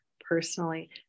personally